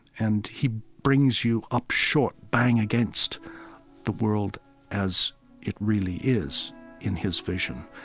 and he brings you up short, bang against the world as it really is in his vision,